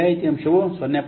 8264 ಆಗಿದೆ